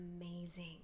amazing